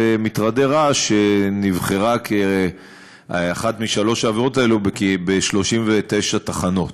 ומטרדי רעש נבחרו כאחת משלוש העבירות האלה ב-39 תחנות.